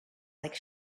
like